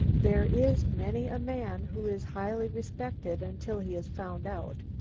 there is many a man who is highly respected until he is found out,